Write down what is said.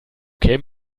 kämen